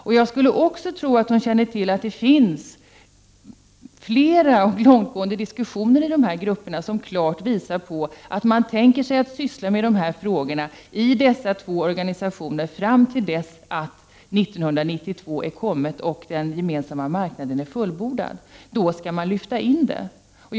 Förmodligen känner Anita Gradin också till att det finns långtgående diskussioner i dessa grupper som klart visar att de två organisationerna tänker arbeta med de här frågorna fram till 1992 när den gemensamma marknaden är fullbordad. Då skall man lyfta in dessa frågor.